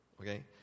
okay